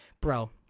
bro